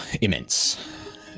immense